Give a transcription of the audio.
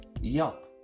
Yelp